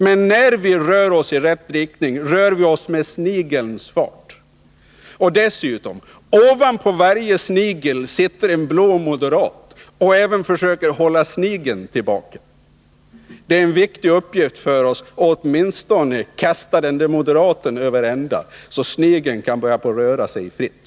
Men när vi rör oss i rätt riktning gör vi det med snigelns fart. Och dessutom, ovanpå varje snigel sitter en blå moderat och försöker hålla t.o.m. snigeln tillbaka. Det är en viktig uppgift för oss att åtminstone kasta den där moderaten över ända, så att snigeln kan börja röra sig fritt.